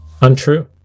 Untrue